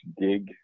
gig